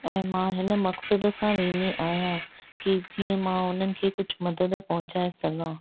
ऐं मां हिन मक़सद सां वेंदी आहियां की जीअं मां हुननि खे कुझु मददु पहुचाए सघां